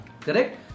Correct